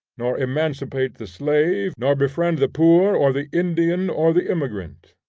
nor emancipate the slave, nor befriend the poor, or the indian, or the immigrant.